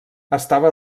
estava